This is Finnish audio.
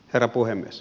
herra puhemies